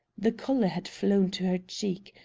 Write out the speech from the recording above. the color had flown to her cheek.